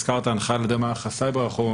הזכרת הנחייה על ידי מערך הסייבר האחרון,